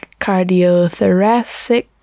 cardiothoracic